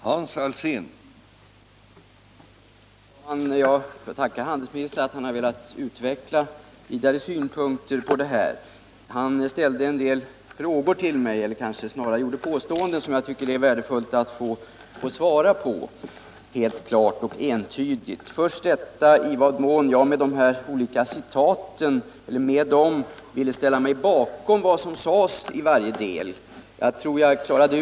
Herr talman! Jag tackar handelsministern för att han velat utveckla vidare synpunkter på den här frågan. Han gjorde en del påståenden som jag tycker det är värdefullt att få bemöta med klara och entydiga uppgifter. Först gällde det i vad mån jag ville ställa mig bakom vad som sades i varje del av de citat jag anförde.